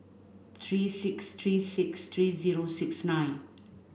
three six three six three zero six nine